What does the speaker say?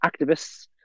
activists